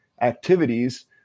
activities